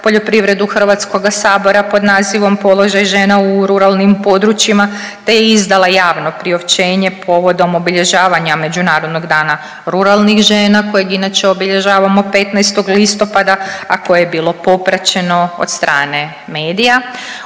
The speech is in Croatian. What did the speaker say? poljoprivredu Hrvatskoga sabora pod nazivom Položaj žena u ruralnim područjima te je izdala javno priopćenje povodom obilježavanja Međunarodnog dana ruralnih žena kojeg inače obilježavamo 15. listopada, a koje je bilo popraćeno od strane medija.